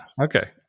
okay